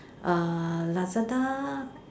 uh Lazada